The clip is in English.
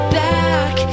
back